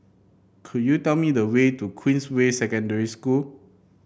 could you tell me the way to Queensway Secondary School